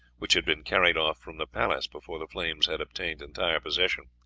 which had been carried off from the palace before the flames had obtained entire possession.